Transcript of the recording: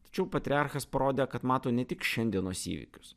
tačiau patriarchas parodė kad mato ne tik šiandienos įvykius